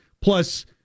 Plus